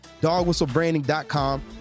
dogwhistlebranding.com